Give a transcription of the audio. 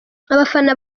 abafana